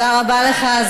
תודה רבה לך.